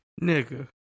Nigga